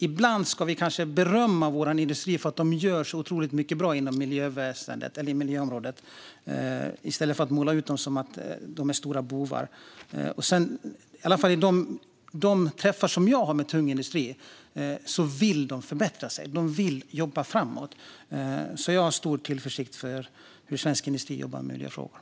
Ibland borde vi kanske berömma vår industri för att den gör så mycket bra på miljöområdet i stället för att måla ut den som en stor bov. När jag träffar tung industri säger man att man vill förbättra sig och jobba framåt. Jag känner därför stor tillförsikt när det gäller hur svensk industri jobbar med miljöfrågan.